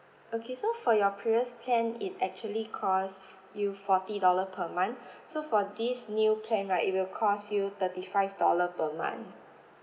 okay so for your previous plan it actually cost you forty dollar per month so for this new plan right it will cost you thirty five dollar per month